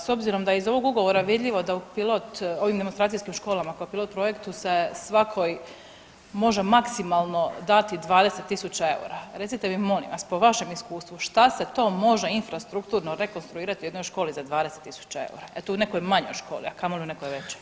S obzirom da je iz ovog ugovora vidljivo da u pilot ovim demonstracijskim školama kao pilot projektu se svakoj može maksimalno dati 20.000 eura, recite mi molim vas po vašem iskustvu šta se to može infrastrukturno rekonstruirati u jednoj školi za 20.000 eura e tu u nekoj manjoj školi, a kamoli u nekoj većoj?